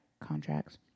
contracts